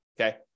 okay